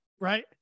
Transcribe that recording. right